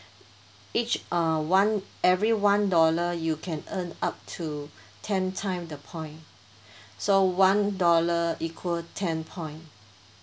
each uh one every one dollar you can earn up to ten time the point so one dollar equal ten point